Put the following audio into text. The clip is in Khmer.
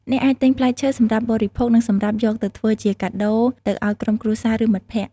អ្នកអាចទិញផ្លែឈើសម្រាប់បរិភោគនិងសម្រាប់យកទៅធ្វើជាកាដូទៅឱ្យក្រុមគ្រួសារឬមិត្តភក្តិ។